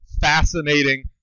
fascinating